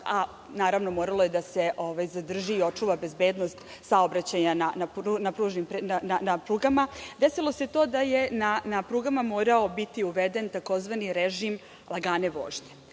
a naravno morala je da se zadrži i očuva bezbednost saobraćaja na prugama, desilo se to da je na prugama morao biti uveden tzv. režim lagane vožnje,